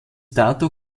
dato